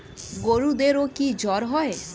গরুদেরও কি জ্বর হয়?